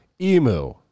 emu